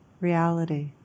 reality